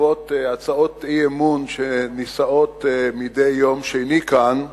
בעקבות הצעות האי-אמון שנישאות מדי יום שני כאן,